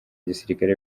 gisirikare